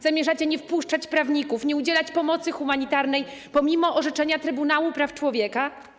Zamierzacie nie wpuszczać prawników, nie udzielać pomocy humanitarnej pomimo orzeczenia Europejskiego Trybunału Praw Człowieka?